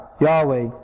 Yahweh